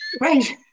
right